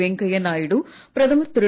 வெங்கய்யா நாயுடு பிரதமர் திரு